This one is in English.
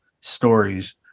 stories